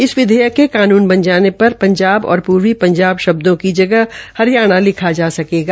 इस विधेयक के कानून बन जाने पर पंजाब और पूर्वी पंजाब शब्द की जगह हरियाणा लिखा जा सकेगा